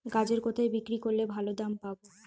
গাজর কোথায় বিক্রি করলে ভালো দাম পাব?